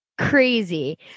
crazy